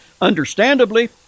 Understandably